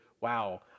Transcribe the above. Wow